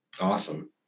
Awesome